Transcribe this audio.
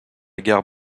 gare